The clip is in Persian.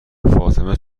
فاطمه